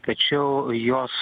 tačiau jos